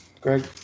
Greg